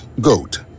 GOAT